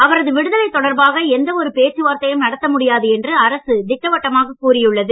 அவரது விடுதலை தொடர்பாக எந்தவொரு பேச்சுவார்த்தையும் நடத்த முடியாது என்று அரசு திட்டவட்டமாக கூறியுள்ளது